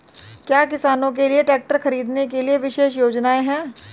क्या किसानों के लिए ट्रैक्टर खरीदने के लिए विशेष योजनाएं हैं?